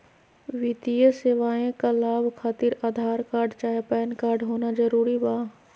वित्तीय सेवाएं का लाभ खातिर आधार कार्ड चाहे पैन कार्ड होना जरूरी बा?